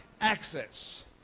access